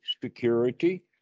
security